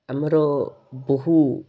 ଆମର ବହୁ